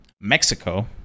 Mexico